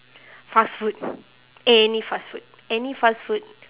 fast food any fast food any fast food